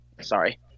Sorry